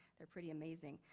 they're pretty amazing.